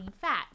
fat